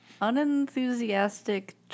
Unenthusiastic